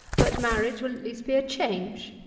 but marriage will at least be a change,